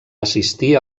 assistir